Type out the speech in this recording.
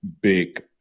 big